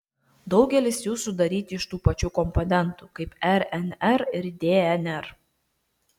daugelis jų sudaryti iš tų pačių komponentų kaip rnr ir dnr